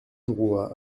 droit